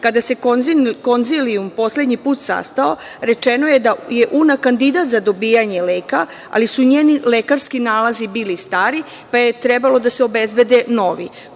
kada se konzilijum poslednji put sastao, rečeno je da je Una kandidat za dobijanje leka, ali su njeni lekarski nalazi bili stari, pa je trebalo da se obezbedi novi.